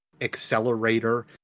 accelerator